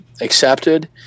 accepted